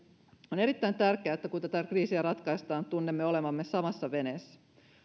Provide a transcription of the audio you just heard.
on erittäin tärkeää että kun tätä kriisiä ratkaistaan tunnemme olevamme samassa veneessä